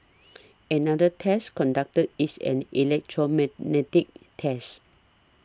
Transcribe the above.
another test conducted is an electromagnetic test